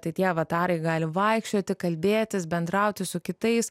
tai tie avatarai gali vaikščioti kalbėtis bendrauti su kitais